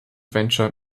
venture